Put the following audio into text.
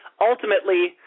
Ultimately